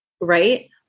right